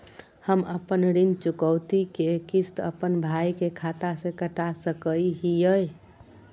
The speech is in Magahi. हम अपन ऋण चुकौती के किस्त, अपन भाई के खाता से कटा सकई हियई?